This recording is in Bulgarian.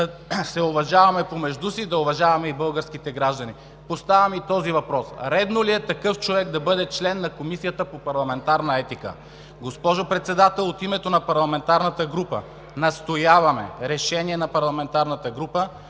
се уважаваме помежду си, да уважаваме и българските граждани. Поставяме и този въпрос: редно ли е такъв човек да бъде член на Комисията по парламентарна етика? Госпожо Председател, от името на парламентарната група настояваме, решението на парламентарната група